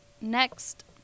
next